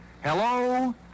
Hello